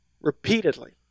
repeatedly